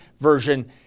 version